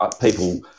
people